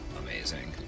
amazing